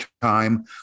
time